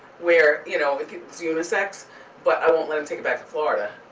where you know it's unisex but i won't let him take it back to florida.